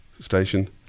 station